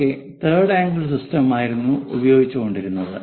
പണ്ടൊക്കെ third angle സിസ്റ്റമായിരുന്നു ഉപയോഗിച്ച് കൊണ്ടിരുന്നത്